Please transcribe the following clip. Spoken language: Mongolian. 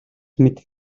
мэдэх